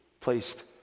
placed